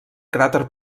cràter